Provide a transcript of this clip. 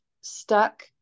stuck